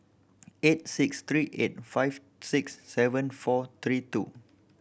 eight six three eight five six seven four three two